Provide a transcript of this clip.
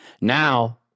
Now